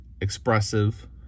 expressive